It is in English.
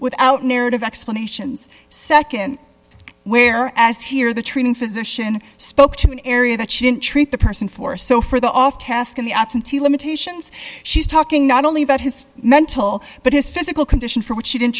without narrative explanations nd where as here the treating physician spoke to an area that she didn't treat the person for so for the off task in the absentee limitations she's talking not only about his mental but his physical condition for which she didn't